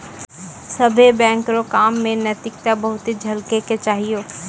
सभ्भे बैंक रो काम मे नैतिकता बहुते झलकै के चाहियो